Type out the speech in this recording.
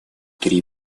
три